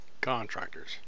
contractors